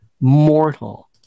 mortal